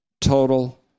total